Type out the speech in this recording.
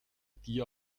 dir